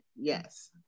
Yes